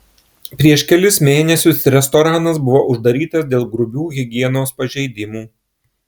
prieš kelis mėnesius restoranas buvo uždarytas dėl grubių higienos pažeidimų